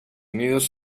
unidos